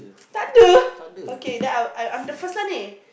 takde okay then I I'm the first one leh